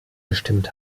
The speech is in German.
gestimmt